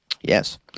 yes